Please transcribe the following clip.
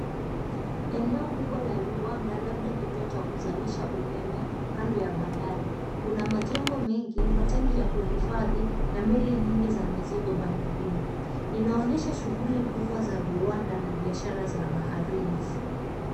Eneo kubwa la viwanda labda kituo cha kuzalisha umeme, kando ya bandari. Kuna majengo mengi, matangi ya kuhifadhi na meli nyingi za mizigo bandarini .Inaonyesha shughuli kubwa za viwanda na biashara na baharini.